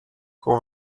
who